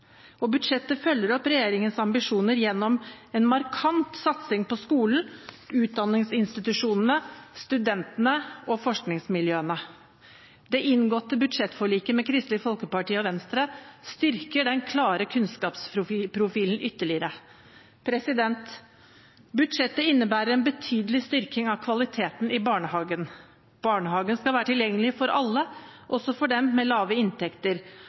og budsjettet følger opp regjeringens ambisjoner gjennom en markant satsing på skolen, utdanningsinstitusjonene, studentene og forskningsmiljøene. Det inngåtte budsjettforliket med Kristelig Folkeparti og Venstre styrker den klare kunnskapsprofilen ytterligere. Budsjettet innebærer en betydelig styrking av kvaliteten i barnehagen. Barnehagen skal være tilgjengelig for alle, også for dem med lave inntekter.